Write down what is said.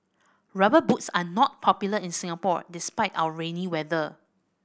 Rubber Boots are not popular in Singapore despite our rainy weather